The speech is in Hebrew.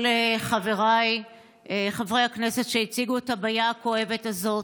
אני מצטרפת לחבריי חברי הכנסת שהציגו את הבעיה הכואבת הזאת.